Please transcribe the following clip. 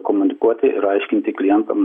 komunikuoti ir aiškinti klientam